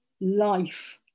life